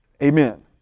Amen